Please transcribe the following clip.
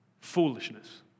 Foolishness